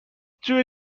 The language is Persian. جویی